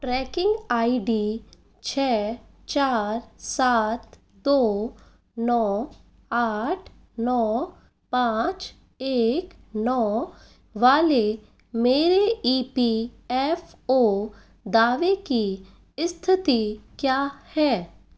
trekking I D छ चार सात दो नौ आठ नौ पाँच एक नौ वाले मेरे ई पी एफ़ ओ दावे की स्थिति क्या है